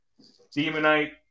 Demonite